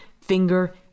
finger